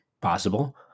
possible